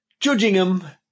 Judgingham